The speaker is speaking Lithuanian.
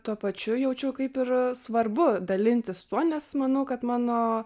tuo pačiu jaučiau kaip yra svarbu dalintis tuo nes manau kad mano